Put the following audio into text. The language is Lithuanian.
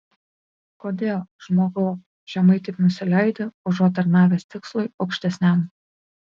kodėl žmogau žemai taip nusileidi užuot tarnavęs tikslui aukštesniam